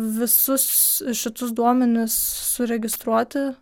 visus šitus duomenis suregistruoti